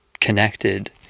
connected